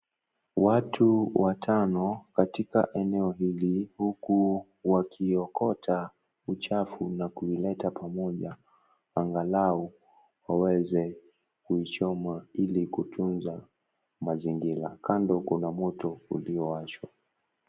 Watu watano katika eneo hili huku wakiokota uchafu na kuzileta pamoja angalau waweze kuichomwa Ili kutunza mazingira. Kando kuna Moto uliowashwa.